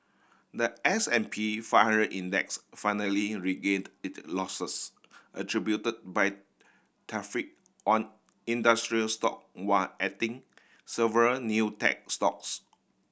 the S and P five hundred Index finally regained it losses attribute by tariff on industrial stock one adding several new tech stocks